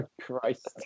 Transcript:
Christ